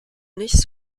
nicht